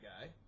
guy